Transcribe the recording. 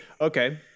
Okay